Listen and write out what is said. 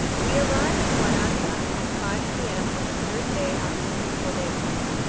we arrived at guaranda at five p m. on the third day after leaving bodegas.